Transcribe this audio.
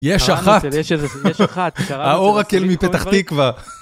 יש אחת, האוראקל מפתח תקווה.